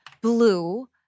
blue